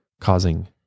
causing